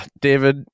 David